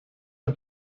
are